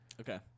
Okay